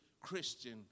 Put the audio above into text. Christian